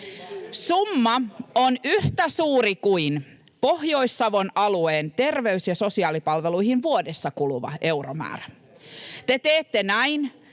Summa on yhtä suuri kuin Pohjois-Savon alueen terveys- ja sosiaalipalveluihin vuodessa kuluva euromäärä. Te teette näin